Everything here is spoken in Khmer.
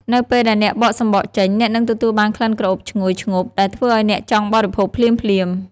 នៅពេលដែលអ្នកបកសម្បកចេញ អ្នកនឹងទទួលបានក្លិនក្រអូបឈ្ងុយឈ្ងប់ដែលធ្វើឱ្យអ្នកចង់បរិភោគភ្លាមៗ។